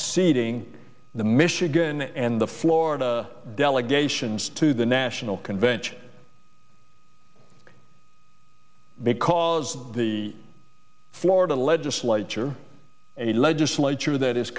seating the michigan and the florida delegations to the national convention because the florida legislature a legislature that is